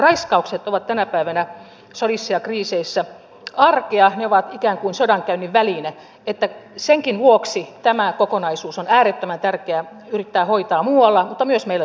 raiskaukset ovat tänä päivänä sodissa ja kriiseissä arkea ne ovat ikään kuin sodankäynnin väline niin että senkin vuoksi tämä kokonaisuus on äärettömän tärkeä yrittää hoitaa muualla mutta myös meillä suomessa